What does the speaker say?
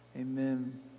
Amen